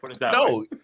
No